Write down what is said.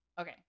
Okay